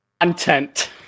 content